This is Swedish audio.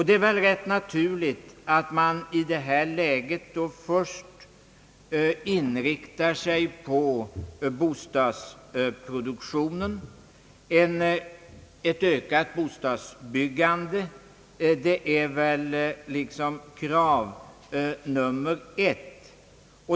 Det är väl rätt naturligt att man i detta läge först inriktar sig på bostadsproduktionen, Ett ökat bostadsbyggande får väl sägas vara krav nr 1.